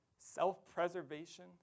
Self-preservation